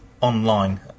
online